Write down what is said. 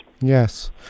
Yes